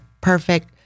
perfect